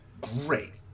great